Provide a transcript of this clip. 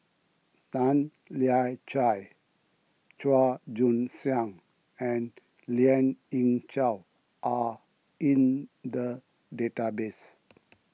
Tan Lian Chye Chua Joon Siang and Lien Ying Chow are in the database